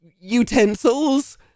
utensils